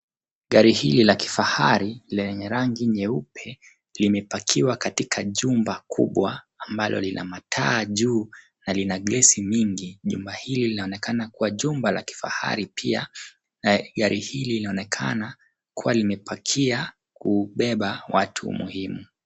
Gari hili la kifahari lenye rangi nyeupe, limepakiwa katika jumba kubwa ambalo lina mataa juu na lina glasi nyingi. Jumba hili laonekana kuwa jumba la kifahari pia na gari hili linaonekana kuwa limepakia kubeba watu muhimu.